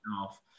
half